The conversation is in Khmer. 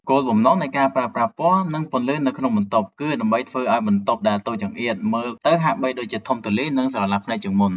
គោលបំណងនៃការប្រើប្រាស់ពណ៌ និងពន្លឺនៅក្នុងបន្ទប់ គឺដើម្បីធ្វើឱ្យបន្ទប់ដែលតូចចង្អៀតមើលទៅហាក់បីដូចជាធំទូលាយ និងស្រឡះភ្នែកជាងមុន។